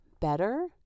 better